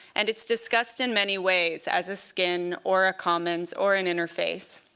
and it's discussed in many ways, as a skin or a commons or an interface.